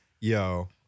Yo